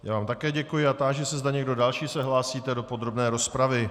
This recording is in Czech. Já vám také děkuji a táži se, zda někdo další se hlásíte do podrobné rozpravy.